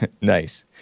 Nice